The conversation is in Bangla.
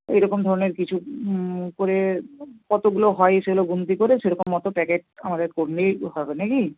এই রকম ধরনের কিছু করে কতগুলো হয় সেগুলো গুন্তি করে সেরকম মতো প্যাকেট আমাদের করলেই হবে না কি